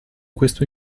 questo